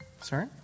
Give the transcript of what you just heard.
Sorry